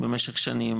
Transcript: במשך שנים,